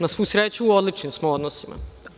Na svu sreću, u odličnim smo odnosima.